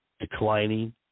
declining